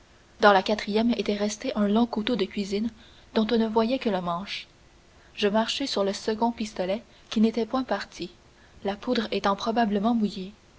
dans la quatrième était resté un long couteau de cuisine dont on ne voyait que le manche je marchai sur le second pistolet qui n'était point parti la poudre étant probablement mouillée